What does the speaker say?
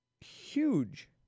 huge